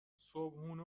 صبحونه